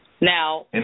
Now